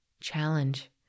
challenge